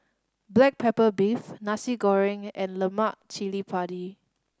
black pepper beef Nasi Goreng and lemak cili padi